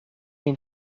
een